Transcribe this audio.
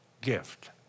gift